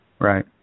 Right